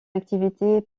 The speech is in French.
activité